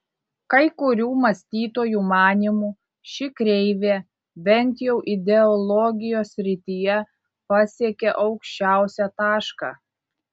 kai kurių mąstytojų manymu ši kreivė bent jau ideologijos srityje pasiekė aukščiausią tašką